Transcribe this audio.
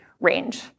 range